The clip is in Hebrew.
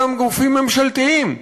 גופים ממשלתיים,